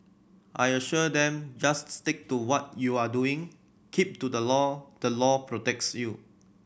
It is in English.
I assured them just stick to what you are doing keep to the law the law protects you